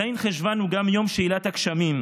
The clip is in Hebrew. ז' בחשוון הוא גם יום שאלת הגשמים,